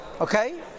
Okay